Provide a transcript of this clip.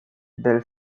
del